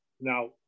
Now